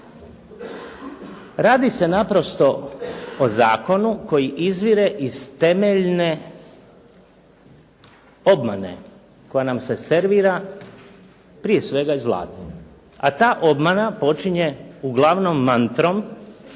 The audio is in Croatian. Radi se naprosto o zakonu koji izvire iz temeljne obmane koja nam se servira, prije svega iz Vlade, a ta obmana počinje uglavnom mantrom